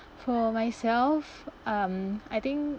for myself um I think